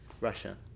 Russia